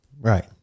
Right